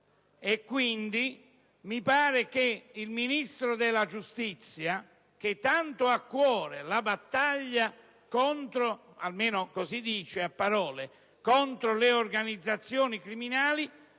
Quindi, mi pare che il Ministro della giustizia, che ha tanto a cuore la battaglia - almeno così sostiene a parole - contro le organizzazioni criminali,